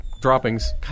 droppings